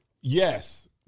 Yes